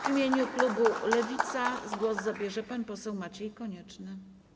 W imieniu klubu Lewica głos zabierze pan poseł Maciej Konieczny.